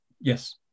yes